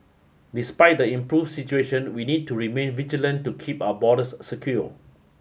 despite the improve situation we need to remain vigilant to keep our borders secure